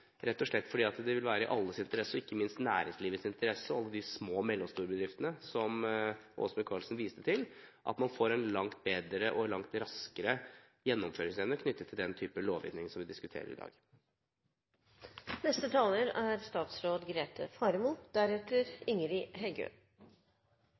rett og slett fordi det vil være i alles interesse, ikke minst i næringslivets interesse – og de små og mellomstore bedriftenes, som Åse Michaelsen viste til – at man får en langt bedre og langt raskere gjennomføringsevne knyttet til den type lovendring som vi diskuterer i dag. Det er